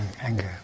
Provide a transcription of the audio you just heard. anger